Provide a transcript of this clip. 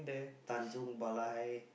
Tanjung Balai